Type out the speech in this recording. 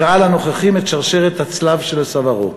והראה לנוכחים את שרשרת הצלב שלצווארו.